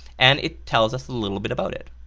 and it tells us a little bit about it.